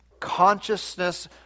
consciousness